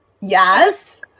Yes